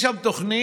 יש שם תוכנית